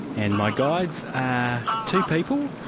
and my guides are two people.